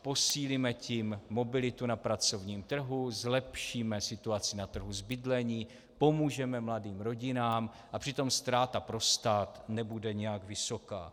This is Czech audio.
Posílíme tím mobilitu na pracovním trhu, zlepšíme situaci na trhu s bydlením, pomůžeme mladým rodinám, a přitom ztráta pro stát nebude nijak vysoká.